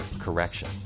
correction